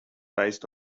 based